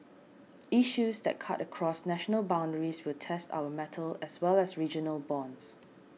issues that cut across national boundaries will test our mettle as well as regional bonds